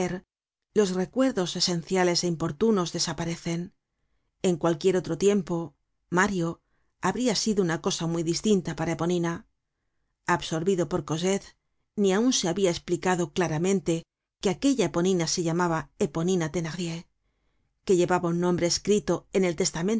los recuerdos esenciales é importunos desaparecen en cualquier otro tiempo mario habria sido una cosa muy distinta para eponina absorbido por cosette ni aun se habia esplicado claramente que aquella eponina se llamaba eponina thenardier que llevaba un nombre escrito en el